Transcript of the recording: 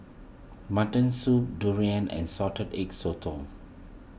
Mutton Soup Durian and Salted Egg Sotong